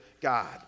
God